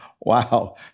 Wow